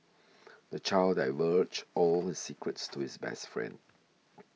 the child divulged all his secrets to his best friend